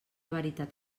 veritat